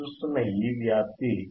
మీరు చూస్తున్న ఈ వ్యాప్తి